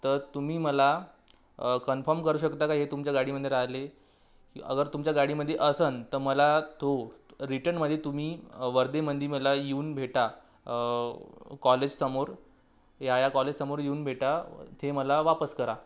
तर तुम्ही मला कन्फर्म करू शकता का हे तुमच्या गाडीमध्ये राहिले की अगर तुमच्या गाडीमध्ये असेन तर मला तो रिटर्नमध्ये तुम्ही वर्धेमध्ये मला येऊन भेटा कॉलेजसमोर या या कॉलेजसमोर येऊन भेटा ते मला वापस करा